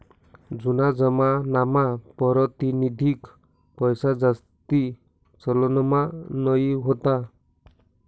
जूना जमानामा पारतिनिधिक पैसाजास्ती चलनमा नयी व्हता